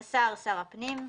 "השר" שר הפנים,